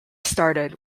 started